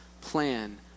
plan